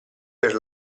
per